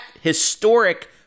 historic